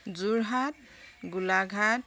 Jorhat Golaghat